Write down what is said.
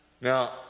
Now